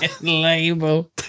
label